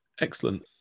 Excellent